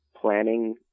planning